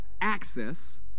access